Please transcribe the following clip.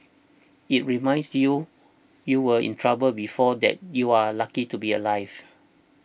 it reminds you you were in trouble before that you're lucky to be alive